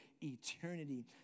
eternity